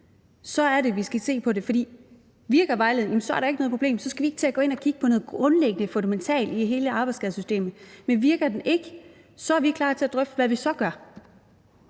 så er det, vi skal se på det. For virker vejledningen, er der ikke noget problem, og så skal vi ikke til at gå ind og kigge på noget grundlæggende, fundamentalt i hele arbejdsskadesystemet, men virker den ikke, er vi klar til at drøfte, hvad vi så gør.